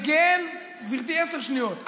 גברתי, עשר שניות.